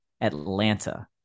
atlanta